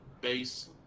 base